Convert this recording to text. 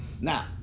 now